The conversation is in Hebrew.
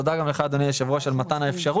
תודה גם לך אדוני היושב ראש על מתן האפשרות.